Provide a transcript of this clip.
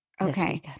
Okay